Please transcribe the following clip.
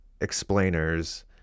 explainers